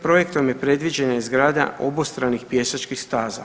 Projektom je predviđena izgradnja obostranih pješačkih staza.